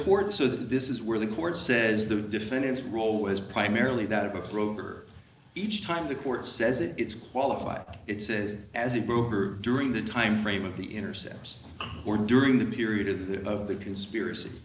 court so this is where the court says the defendant's role was primarily that of a broker each time the court says it it's qualified it says as a group or during the time frame of the intercept or during the period of the of the conspiracy